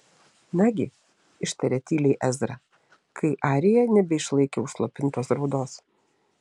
nagi ištarė tyliai ezra kai arija nebeišlaikė užslopintos raudos